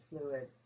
fluid